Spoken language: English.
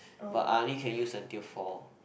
but I only can use until four